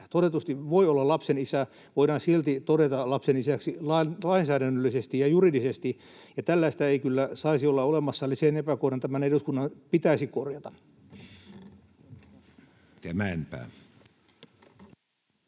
todetusti voi olla lapsen isä, voidaan silti todeta lapsen isäksi lainsäädännöllisesti ja juridisesti, ja tällaista ei kyllä saisi olla olemassa. Eli se epäkohta tämän eduskunnan pitäisi korjata.